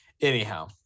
anyhow